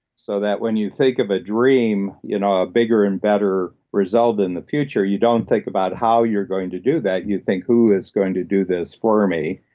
so that when you think of a dream, you know, a bigger and better result in the future, you don't think about how you're going to do that, you think who is going to do this for me.